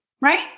right